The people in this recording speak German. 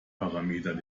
parameter